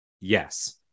yes